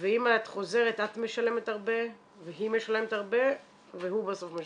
ואם את חוזרת את משלמת הרבה והיא משלמת הרבה והוא בסוף משלם.